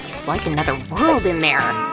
it's like another world in there.